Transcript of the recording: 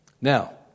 Now